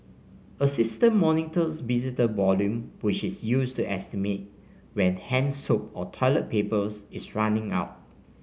a system monitors visitor volume which is used to estimate when hand soap or toilet paper is running out